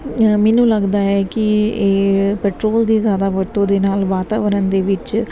ਮੈਨੂੰ ਲੱਗਦਾ ਹੈ ਕਿ ਇਹ ਪੈਟਰੋਲ ਦੀ ਜ਼ਿਆਦਾ ਵਰਤੋਂ ਦੇ ਨਾਲ ਵਾਤਾਵਰਨ ਦੇ ਵਿੱਚ